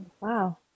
Wow